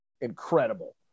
incredible